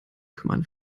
kümmern